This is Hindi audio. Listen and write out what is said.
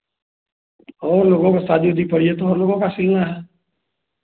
और लोगों का शादी उदी पड़ी है तो हम लोगों का सिलना है